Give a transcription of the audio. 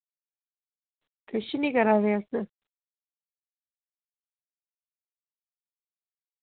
कुछ निं करा दे अस